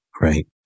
Right